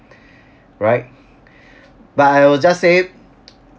right but I will just say